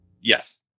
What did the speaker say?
Yes